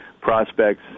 prospects